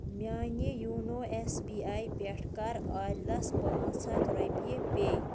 میٛانہِ YONO S B I پٮ۪ٹھ کَر عادِلَس پاںژٛھ ہَتھ رۄپیہِ پے